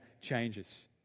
changes